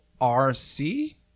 R-C